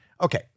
okay